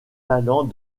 talents